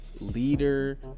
leader